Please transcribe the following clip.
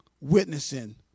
witnessing